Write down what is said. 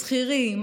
שכירים,